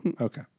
Okay